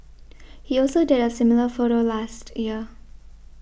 he also did a similar photo last year